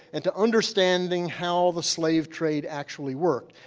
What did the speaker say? and to understanding how the slave trade actually worked.